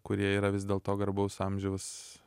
kurie yra vis dėlto garbaus amžiaus